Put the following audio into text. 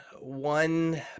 one